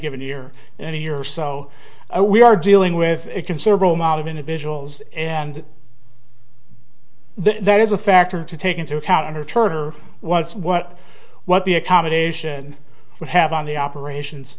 given year and a year or so we are dealing with a considerable amount of individuals and there is a factor to take into account under charter was what what the accommodation would have on the operations